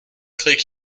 click